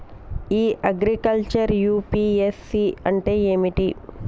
ఇ agriculture UPSC అంటే ఏమిటి?